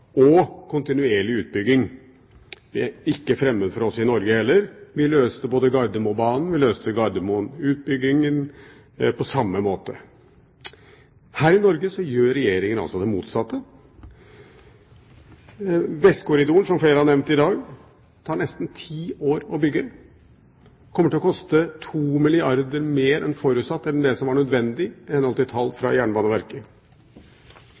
og kontinuerlig utbygging. Dette er ikke fremmed for oss i Norge heller, vi løste både Gardermobanen og Gardermoen-utbyggingen på samme måte. Her i Norge gjør Regjeringen altså det motsatte. Vestkorridoren, som flere har nevnt i dag, tar det nesten ti år å bygge, kommer til å koste 2 milliarder kr mer enn forutsatt, mer enn det som var nødvendig i henhold til tall